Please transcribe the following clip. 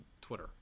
Twitter